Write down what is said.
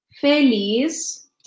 Feliz